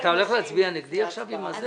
בואו נדלג על זה,